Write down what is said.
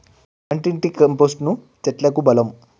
వంటింటి కంపోస్టును చెట్లకు బలం